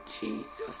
Jesus